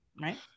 right